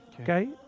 Okay